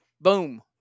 boom